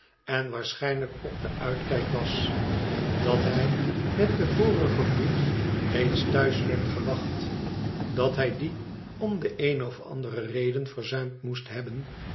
en waarschijnlijk op den uitkijk was dat hij met den vorigen vloed reeds thuis werd gewacht dat hij dien om de eene of andere reden verzuimd moest hebben